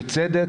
בצדק,